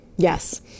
Yes